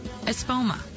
Espoma